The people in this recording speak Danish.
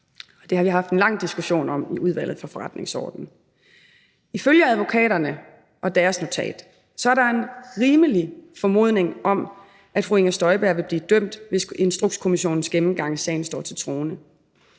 Det har vi haft en lang diskussion om i Udvalget for Forretningsordenen. Ifølge advokaterne og deres notat er der en rimelig formodning om, at fru Inger Støjberg vil blive dømt, hvis Instrukskommissionens gennemgang af sagen står til troende.